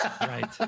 right